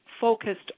focused